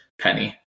Penny